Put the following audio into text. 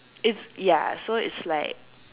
it's ya so it's like